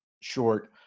short